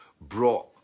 brought